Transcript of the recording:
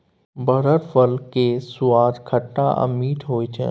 बरहर फल केर सुआद खट्टा आ मीठ होइ छै